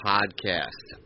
Podcast